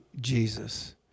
Jesus